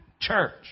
church